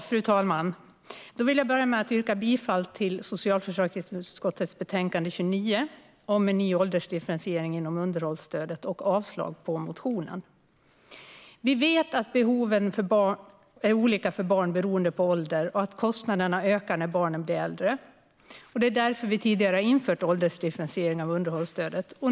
Fru talman! Jag vill börja med att yrka bifall till utskottets förslag i socialförsäkringsutskottets betänkande 29 om ny åldersdifferentiering inom underhållsstödet och avslag på motionen. Vi vet att behoven är olika för barn beroende på ålder och att kostnaderna därför ökar när barnen blir äldre. Det är därför vi tidigare har infört en åldersdifferentiering av underhållsstödet.